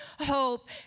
hope